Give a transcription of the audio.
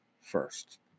first